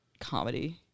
comedy